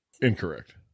Incorrect